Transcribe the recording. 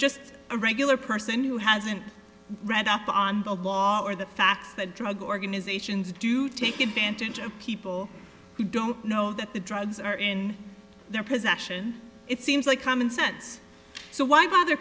just a regular person who hasn't read up on the law or the fact that drug organizations do take advantage of people who don't know that the drugs are in their possession it seems like common sense so why bother